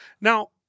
Now